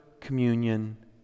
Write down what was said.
communion